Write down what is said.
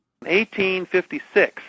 1856